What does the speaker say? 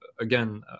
again